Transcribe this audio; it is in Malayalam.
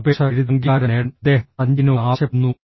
ഒരു അപേക്ഷ എഴുതി അംഗീകാരം നേടാൻ അദ്ദേഹം സഞ്ജയിനോട് ആവശ്യപ്പെടുന്നു